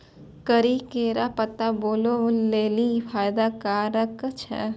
करी केरो पत्ता बालो लेलि फैदा कारक छै